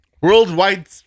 Worldwide